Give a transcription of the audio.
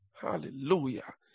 Hallelujah